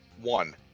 One